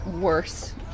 worse